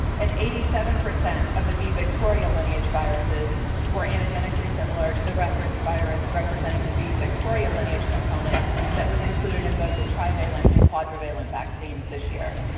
and eighty seven percent of the b victoria lineage viruses were anagenically similar to the referenced virus representing the b victoria lineage component that was included in both the trivalent and quadrivalent vaccines this year.